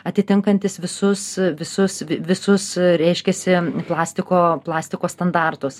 atitinkantis visus visus visus reiškiasi plastiko plastiko standartus